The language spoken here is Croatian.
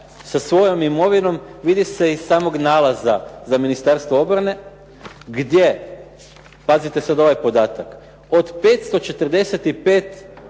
sa svojom imovinom, vidi se iz samog nalaza za Ministarstvo obrane gdje, pazite sad ovaj podatak, od 545